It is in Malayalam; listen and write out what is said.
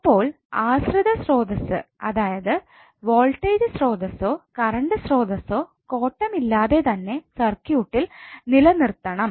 അപ്പോൾ ആശ്രിത സ്രോതസ്സ് അതായത് വോൾട്ടേജ് സ്രോതസ്സ്സോ കറണ്ട് സ്രോതസ്സ്സോ കോട്ടം ഇല്ലാതെതന്നെ സർക്യൂട്ടിൽ നിലനിർത്തണം